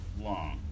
long